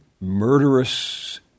murderous